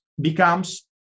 becomes